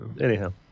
Anyhow